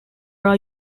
are